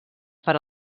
per